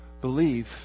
Believe